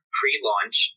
pre-launch